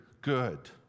good